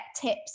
tips